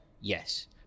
Yes